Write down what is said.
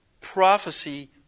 prophecy